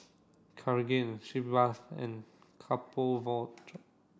Cartigain she bathe and couple war drop